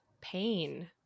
pain